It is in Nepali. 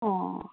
अँ